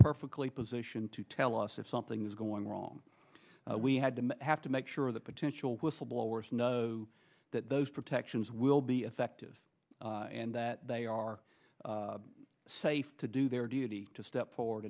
perfectly positioned to tell us if something is going wrong we had to have to make sure that potential whistleblowers know that those protections will be effective and that they are safe to do their duty to step forward